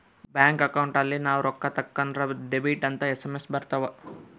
bank account ಅಲ್ಲಿ ನಾವ್ ರೊಕ್ಕ ತಕ್ಕೊಂದ್ರ ಡೆಬಿಟೆಡ್ ಅಂತ ಎಸ್.ಎಮ್.ಎಸ್ ಬರತವ